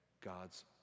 God's